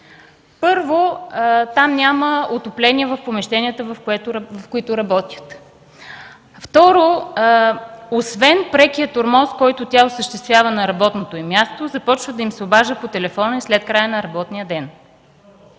Първо, няма отопление в помещенията, в които работят. Второ, освен прекия тормоз, който тя осъществява на работното им място, започва да им се обажда по телефона и след края на работния ден.